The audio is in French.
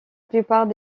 plupart